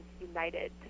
united